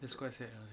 that's quite sad ah